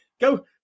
Go